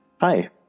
Hi